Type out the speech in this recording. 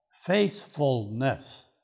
faithfulness